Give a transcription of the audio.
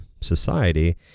society